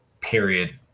Period